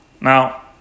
Now